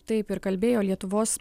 taip ir kalbėjo lietuvos